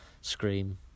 scream